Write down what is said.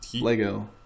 Lego